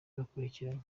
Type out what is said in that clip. bakurikiranye